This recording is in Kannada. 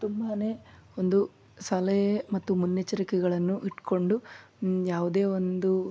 ತುಂಬಾ ಒಂದು ಸಲಹೆ ಮತ್ತು ಮುನ್ನೆಚ್ಚರಿಕೆಗಳನ್ನು ಇಟ್ಟುಕೊಂಡು ಯಾವುದೇ ಒಂದು